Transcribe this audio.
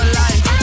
life